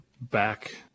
back